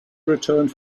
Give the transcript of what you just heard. returned